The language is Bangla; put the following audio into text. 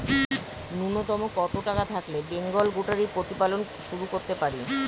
নূন্যতম কত টাকা থাকলে বেঙ্গল গোটারি প্রতিপালন শুরু করতে পারি?